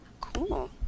Cool